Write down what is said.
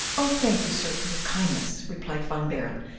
oh, thank you, sir, for your kindness, replied van baerle,